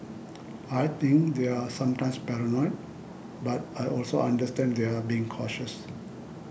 I think they're sometimes paranoid but I also understand they're being cautious